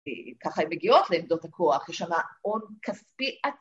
‫ככה הן מגיעות לעמדות הכוח, ‫יש שמה הון כספי עצמי.